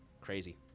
Crazy